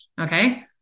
okay